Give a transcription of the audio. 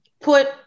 put